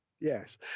Yes